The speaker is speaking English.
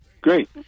great